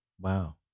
Wow